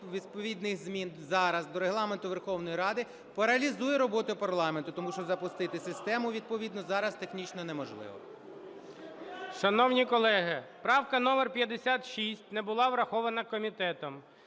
відповідних змін зараз до Регламенту Верховної Ради паралізує роботу парламенту, тому що запустити систему відповідно зараз технічно неможливо. ГОЛОВУЮЧИЙ. Шановні колеги, правка номер 56 не була врахована комітетом.